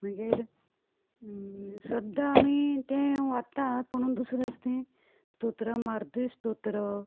मागीर सद्दां आमी तें वाचतात पूण दुसरें दुसरीं स्तोत्रां मारुती स्तोत्र मागीर